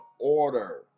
order